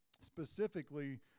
specifically